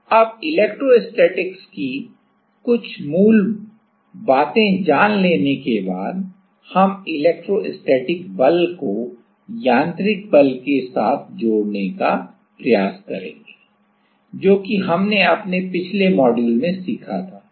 प्रत्यास्थ बल अब इलेक्ट्रोस्टैटिक्स की कुछ मूल बातें जान लेने के बाद हम इलेक्ट्रोस्टैटिक बल को यांत्रिक बल के साथ जोड़ने का प्रयास करेंगे जो कि हमने अपने पिछले मॉड्यूल में सीखा था